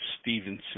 Stevenson